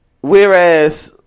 Whereas